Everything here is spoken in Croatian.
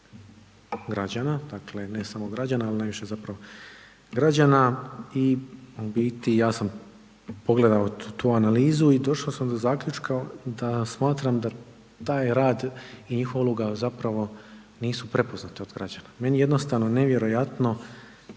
građana, dakle ne samo građana, ali najviše građana i u biti ja sam pogledao tu analizu i došao sam do zaključka da taj rad i njihova uloga, zapravo nisu prepoznate od građana. Meni je jednostavno nevjerojatno